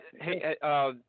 Hey